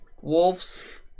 wolves